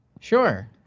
Sure